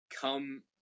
come